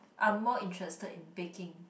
I'm more interested in baking